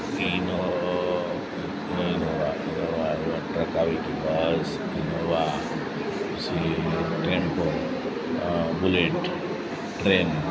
સીનો Innova Innova truck આવી ગઈ bus Innova પછી ટેમ્પો બુલેટ ટ્રેન